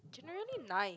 generally nice